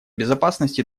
безопасности